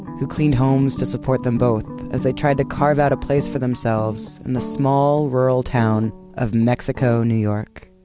who cleaned homes to support them both as they tried to carve out a place for themselves in the small rural town of mexico, new york.